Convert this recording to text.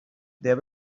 they